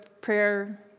prayer